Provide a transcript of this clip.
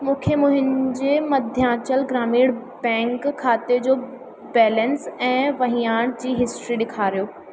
मूंखे मुंहिंजे मध्यांचल ग्रामीण बैंक खाते जो बैलेंस ऐं वहिंवार जी हिस्ट्री ॾेखारियो